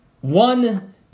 one